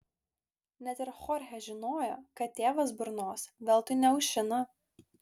net ir chorchė žinojo kad tėvas burnos veltui neaušina